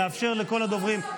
נאפשר לכל הדוברים,